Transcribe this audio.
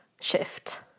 shift